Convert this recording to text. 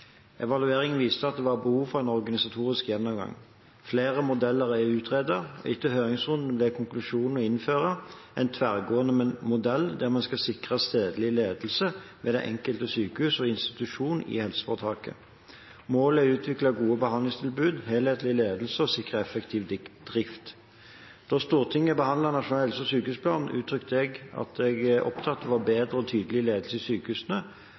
Evalueringen viste at det var behov for en organisatorisk gjennomgang. Flere modeller er utredet, og etter høringsrunden ble konklusjonen å innføre en tverrgående modell der man skal sikre stedlig ledelse ved det enkelte sykehus og den enkelte institusjon i helseforetaket. Målet er å utvikle gode behandlingstilbud, helhetlig ledelse og å sikre effektiv drift. Da Stortinget behandlet Nasjonal helse- og sykehusplan, uttrykte jeg at jeg er opptatt av bedre og tydeligere ledelse i sykehusene,